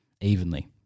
evenly